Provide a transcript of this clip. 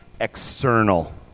external